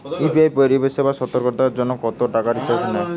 UPI পরিসেবায় সতকরা কতটাকা চার্জ নেয়?